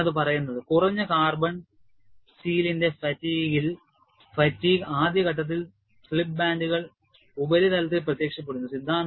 ഇതാണ് അത് പറയുന്നത് 'കുറഞ്ഞ കാർബൺ സ്റ്റീലിന്റെ ഫാറ്റീഗ് ഇൽ ഫാറ്റീഗ് ആദ്യഘട്ടത്തിൽ സ്ലിപ്പ് ബാൻഡുകൾ ഉപരിതലത്തിൽ പ്രത്യക്ഷപ്പെടുന്നു'